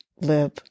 live